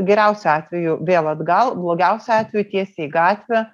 geriausiu atveju vėl atgal blogiausiu atveju tiesiai į gatvę